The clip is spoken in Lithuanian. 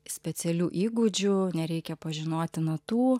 specialių įgūdžių nereikia pažinoti natų